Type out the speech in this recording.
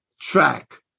track